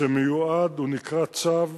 שנקרא: צו